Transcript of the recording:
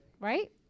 right